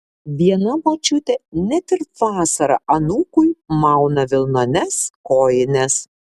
viena močiutė net ir vasarą anūkui mauna vilnones kojines